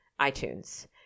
iTunes